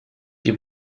die